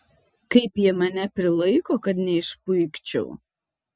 kaip jie mane prilaiko kad neišpuikčiau